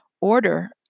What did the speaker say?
Order